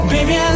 Baby